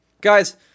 Guys